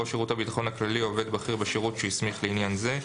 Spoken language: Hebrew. ראש שירות הביטחון הכללי או עובד בכיר בשירות שהסמיך לעניין זה,